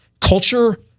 culture